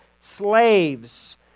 slaves